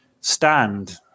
stand